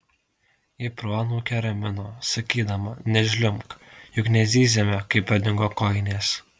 ji proanūkę ramino sakydama nežliumbk juk nezyzėme kai pradingo kojinės